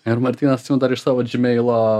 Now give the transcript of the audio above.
ir martynas dar iš savo džimeilo